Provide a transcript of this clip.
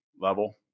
level